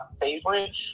favorite